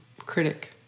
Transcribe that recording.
critic